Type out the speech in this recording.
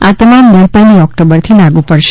આ તમામ દર પહેલી ઓક્ટોબરથી લાગ્ર થશે